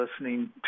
listening